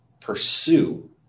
pursue